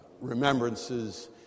remembrances